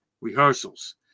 rehearsals